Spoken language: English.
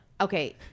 Okay